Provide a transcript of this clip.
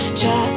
try